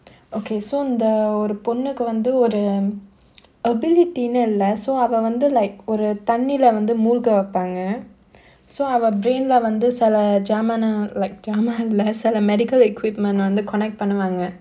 okay so அந்த ஒரு பொண்ணுக்கு வந்து ஒரு:andha oru ponnukku vandhu oru ability இல்ல:illa so அவ வந்து:ava vandhu like ஒரு தண்ணில வந்து மூழ்க வெப்பாங்க:oru thannila vanthu moolga veppaanga so அவ:ava brain lah வந்து சில ஜாமானம்:vandhu sila jaamaanam like ஜாமானம் இல்ல சில:jaamaanam illa sila medical equipment வந்து:vandhu connect பண்ணுவாங்க:pannuvaanga